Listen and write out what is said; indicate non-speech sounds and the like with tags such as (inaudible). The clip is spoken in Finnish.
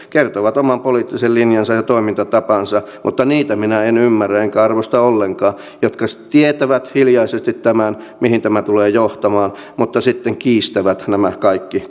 (unintelligible) kertovat oman poliittisen linjansa ja toimintatapansa mutta niitä minä en ymmärrä enkä arvosta ollenkaan jotka tietävät hiljaisesti tämän mihin tämä tulee johtamaan mutta sitten kiistävät nämä kaikki